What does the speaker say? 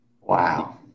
Wow